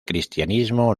cristianismo